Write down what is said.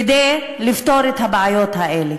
לפתור את הבעיות האלה.